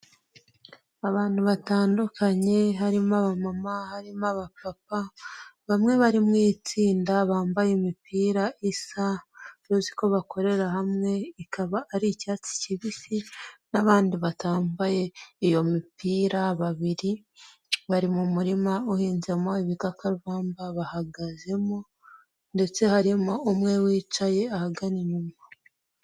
Abantu batandukanye harimo abamama, harimo abapapa, bamwe bari mu itsinda bambaye imipira isa bose uko bakorera hamwe ikaba ari icyatsi kibisi n'abandi batambaye iyo mipira babiri, bari mu murima uhinzemo ibikakarubamba bahagazemo ndetse harimo umwe wicaye ahagana inyuma.